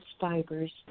fibers